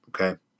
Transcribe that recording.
Okay